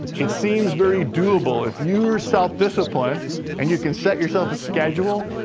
it seems very doable. if you're self-disciplined and you can set yourself a schedule,